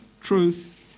truth